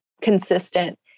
consistent